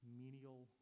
menial